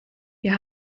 wir